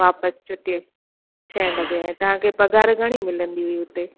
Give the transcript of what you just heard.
वापसि छुटी छहें बजे ऐं तव्हां खे पघारु घणी मिलंदी हुई उते